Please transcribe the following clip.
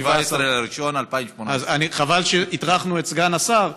17 בינואר 2018. אז חבל שהטרחנו את סגן השר.